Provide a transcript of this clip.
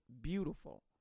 beautiful